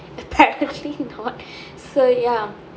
apparently not so ya